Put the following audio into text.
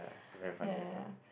yeah very funny very funny